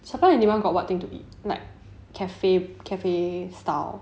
supply and demand got what thing to eat like cafe cafe style